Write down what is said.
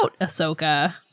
Ahsoka